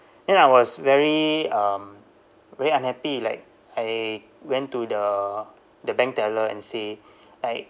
then I was very um very unhappy like I went to the the bank teller and say like